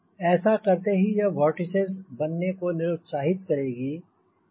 ऐसा करते ही यह वोर्टिसिस बनने को निरुत्साहित करेगी